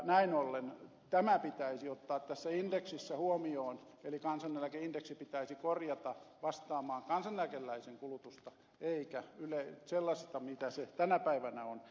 näin ollen tämä pitäisi ottaa tässä indeksissä huomioon eli kansaneläkeindeksi pitäisi korjata vastaamaan kansaneläkeläisen kulutusta eikä olla sellainen kuin se tänä päivänä on